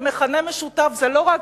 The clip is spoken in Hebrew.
ומכנה משותף זה לא רק